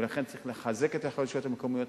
ולכן, צריך לחזק את היכולות של הרשויות המקומיות.